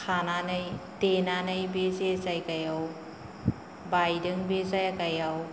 खानानै देनानै बे जायगायाव बायदों बे जायगाखौ